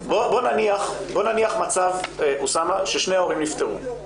בוא נניח מצב ששני ההורים נפטרו,